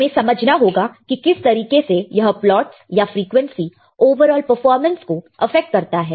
हमें समझना होगा कि किस तरीके से यह प्लॉटस या फ्रीक्वेंसी ओवरऑल परफॉर्मेंस को अफेक्ट करता है